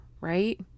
right